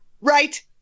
Right